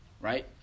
right